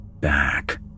back